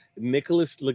Nicholas